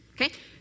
Okay